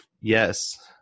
yes